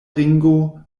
ringo